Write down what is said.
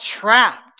trapped